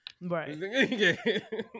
right